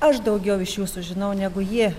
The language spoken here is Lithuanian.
aš daugiau iš jų sužinau negu jie